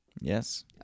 Yes